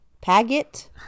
Paget